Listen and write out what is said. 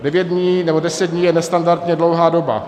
Devět dní, nebo deset dní je nestandardně dlouhá doba.